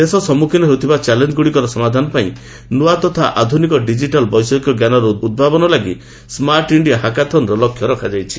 ଦେଶ ସମ୍ମୁଖୀନ ହେଉଥିବା ଚାଲେଞ୍ଜ ଗୁଡ଼ିକର ସମାଧାନ ପାଇଁ ନୂଆ ତଥା ଆଧ୍ରନିକ ଡିଜିଟାଲ ବୈଷୟିକ ଜ୍ଞାନର ଉଦ୍ଭାବନ ଲାଗି ସ୍କାର୍ଟ ଇଣ୍ଡିଆ ହାକାଥନରେ ଲକ୍ଷ୍ୟ ରଖାଯାଇଛି